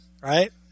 right